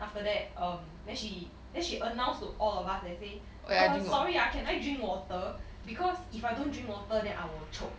after that um then she then she announced to all of us and say err sorry ah can I drink water because if I don't drink water then I will choke